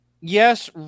Yes